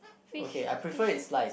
fish fishy